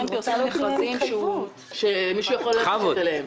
את המכרזים --- שמישהו יכול לגשת אליהם.